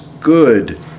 good